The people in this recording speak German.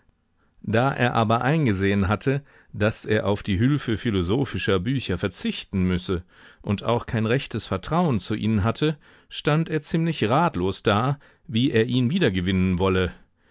da er aber eingesehen hatte daß er auf die hülfe philosophischer bücher verzichten müsse und auch kein rechtes vertrauen zu ihnen hatte stand er ziemlich ratlos da wie er ihn wiedergewinnen wolle